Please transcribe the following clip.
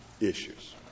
issues